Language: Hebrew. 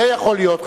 אה, זה יכול להיות.